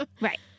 Right